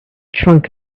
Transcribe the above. trunk